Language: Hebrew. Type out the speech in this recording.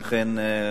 אכן,